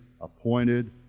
appointed